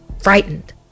frightened